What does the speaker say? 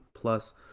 Plus